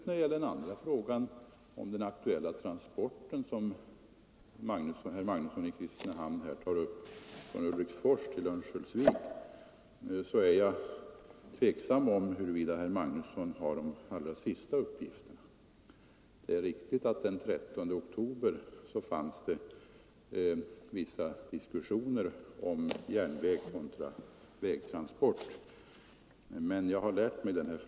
När det gäller den aktuella transporten från Ulriksfors till Örnsköldsvik ifrågasätter jag om herr Magnusson har de allra senaste uppgifterna. Det är riktigt att det den 13 oktober pågick vissa diskussioner i frågan järnvägstransport kontra vägtransport.